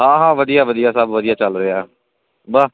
ਆਹ ਵਧੀਆ ਵਧੀਆ ਸਭ ਵਧੀਆ ਚੱਲ ਰਿਹਾ ਬਸ